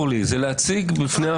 אתה אומר על בסיס העבר.